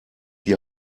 die